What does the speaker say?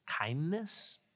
kindness